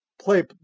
play